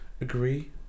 agree